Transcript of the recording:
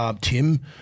Tim